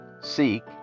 Seek